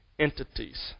entities